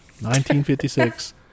1956